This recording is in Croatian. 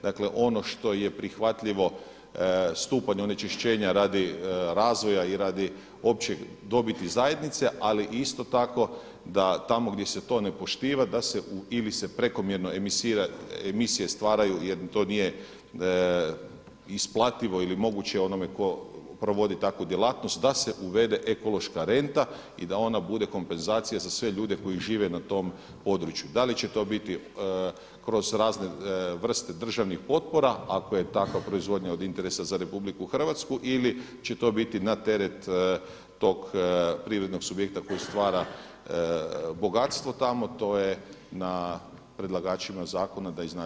Dakle ono što je prihvatljivo, stupanj onečišćenja radi razvoja i radi opće dobiti zajednice ali isto tako da tamo gdje se to ne poštuje da se ili se prekomjerno emisije stvaraju jer im to nije isplativo ili moguće onome tko provodi takvu djelatnost da se uvede ekološka renta i da ona bude kompenzacija za sve ljude koji žive na tom području, da li će to biti kroz razne vrste državnih potpora ako je takva proizvodnja od interesa za RH ili će to biti na teret tog privrednog subjekta koji stvara bogatstvo tamo to je na predlagačima zakona da iznađe način.